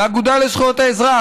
האגודה לזכויות האזרח,